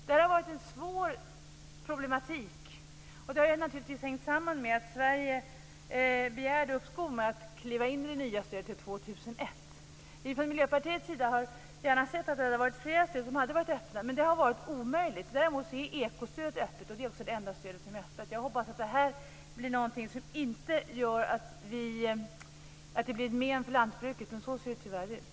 Det här har varit en svår problematik, och det har naturligtvis hängt samman med att Sverige begärde uppskov till år 2001 med att kliva in i det nya stöde. Vi från Miljöpartiet hade gärna sett att det hade varit flera stöd som hade varit öppna, men det har varit omöjligt. Däremot är ekostödet öppet, och det är också det enda stöd som är öppet. Jag hoppas att det här inte blir någonting som gör att det blir ett men för lantbruket, men så ser det tyvärr ut.